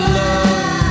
love